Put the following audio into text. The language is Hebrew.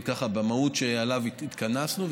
במהות שעליה התכנסנו,